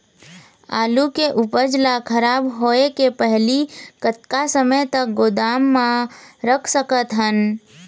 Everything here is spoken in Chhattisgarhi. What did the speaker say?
आलू के उपज ला खराब होय के पहली कतका समय तक गोदाम म रख सकत हन?